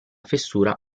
fessura